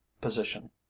position